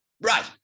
right